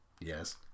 Yes